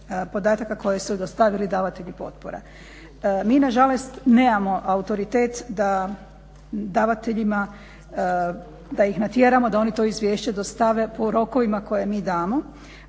podataka koje su joj dostavili davatelji potpora. Mi nažalost nemamo autoritet da davateljima, da ih natjeramo da oni to izvješće dostave po rokovima koje mi damo,